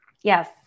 Yes